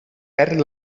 perd